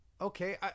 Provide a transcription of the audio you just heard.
okay